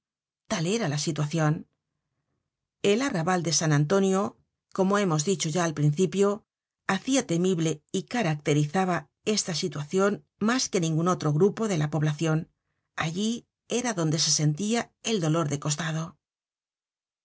era la situacion el arrabal de san antonio como hemos dicho ya al principio hacia temible y caracterizaba esta situacion mas que ningun otro grupo de la poblacion allí era donde se sentia el dolor de costado